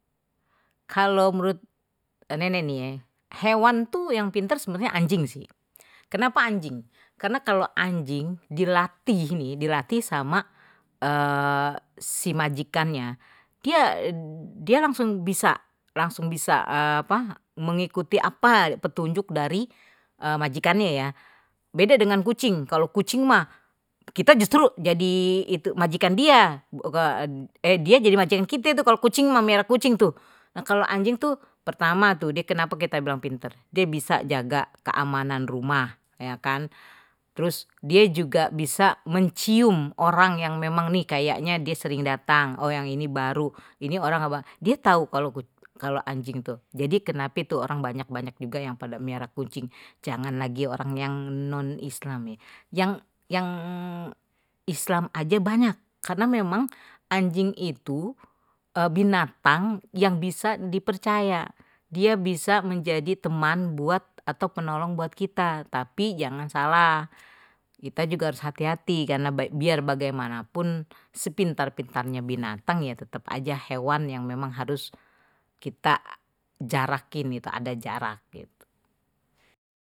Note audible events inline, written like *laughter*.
Kalo menurut hewan tuh yang pintar sebenarnya anjing sih, kenapa anjing karena kalau anjing dilatih ini dilatih sama si majikannya, dia langsung bisa langsung bisa, apa mengikuti apa petunjuk dari majikannya ya, beda dengan kucing kalau kucing mah kita justru jadi itu majikan dia jadi mancing kita itu kalau kucing sama merah kucing tuh nah kalau anjing tuh pertama tuh dia kenapa kita bilang pintar dia bisa jaga, keamanan rumah ya kan terus dia juga bisa mencium orang yang memang nih kayaknya die sering dating, oh yang ini baru *unintelligible* dia tahu kalau anjing tuh jadi kenapi tuh orang banyak-banyak juga yang pada miara kucing, jangan lagi orang yang non islam ya yang yang islam aja banyak karena memang anjing itu binatang yang bisa dipercaya, dia bisa menjadi teman buat atau penolong buat kita, tapi jangan salah kita juga harus hati-hati karena biar bagaimanapun sepintar-pintarnya binatang ya tetep aja hewan yang memang harus kita jarakin ada jarak.